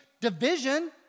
division